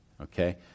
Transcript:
Okay